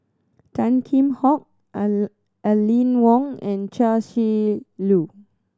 Tan Kheam Hock Aline Wong and Chia Shi Lu